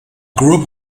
group